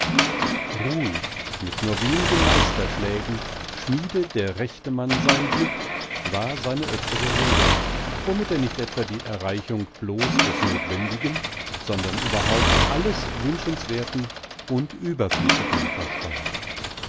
ruhig mit nur wenigen meisterschlägen schmiede der rechte mann sein glück war seine öftere rede womit er nicht etwa die erreichung bloß des notwendigen sondern überhaupt alles wünschenswerten und überflüssigen verstand